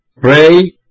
pray